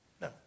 No